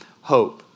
hope